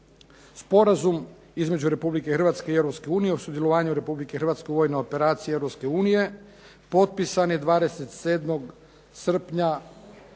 Sporazum između Republike Hrvatske i Europske unije o sudjelovanju Republike Hrvatske u vojnoj operaciji Europske unije potpisan je 27. srpnja